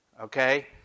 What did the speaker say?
okay